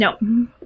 No